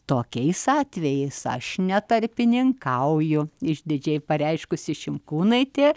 tokiais atvejais aš netarpininkauju išdidžiai pareiškusi šimkūnaitė